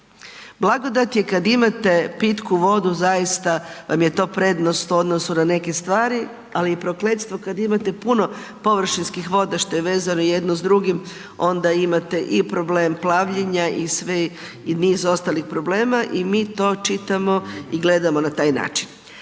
Blagodat je kada imate pitku vodu zaista vam je to prednost u odnosu na neke stvari ali i prokletstvo kada imate puno površinskih voda što je vezano jedno s drugim onda imate i problem plavljenja i niz ostalih problema i mi ti čitamo i gledamo na taj način.